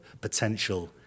potential